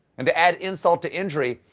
and to add insult to injury,